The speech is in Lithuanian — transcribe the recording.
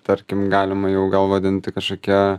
tarkim galima jau gal vadinti kažkokia